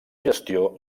gestió